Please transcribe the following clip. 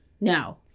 No